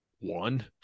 one